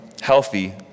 healthy